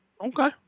okay